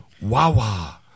Wawa